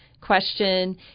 question